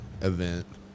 event